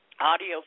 audio